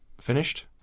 finished